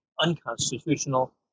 unconstitutional